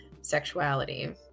sexuality